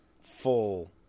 full